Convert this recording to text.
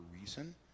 reason